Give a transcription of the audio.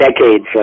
decades